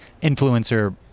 influencer